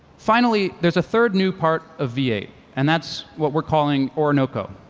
finally, there's a third new part of v eight, and that's what we're calling orinoco.